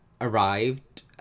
arrived